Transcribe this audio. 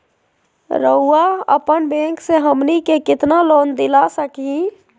रउरा अपन बैंक से हमनी के कितना लोन दिला सकही?